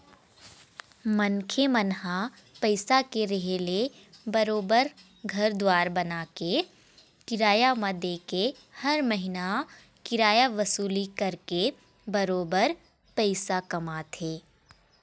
मनखे मन ह पइसा के रेहे ले बरोबर घर दुवार बनाके, किराया म देके हर महिना किराया वसूली करके बरोबर पइसा कमाथे